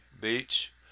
Beach